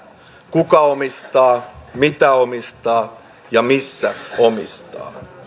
kuka omistaa mitä omistaa ja missä omistaa